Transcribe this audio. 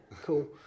cool